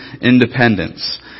independence